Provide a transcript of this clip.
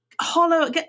hollow